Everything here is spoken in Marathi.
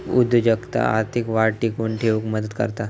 उद्योजकता आर्थिक वाढ टिकवून ठेउक मदत करता